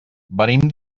venim